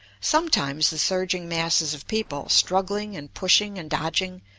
sometimes the surging masses of people, struggling and pushing and dodging,